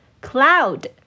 cloud